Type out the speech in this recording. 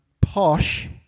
posh